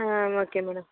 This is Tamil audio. ah okay madam